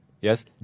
Yes